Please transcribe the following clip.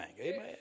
Amen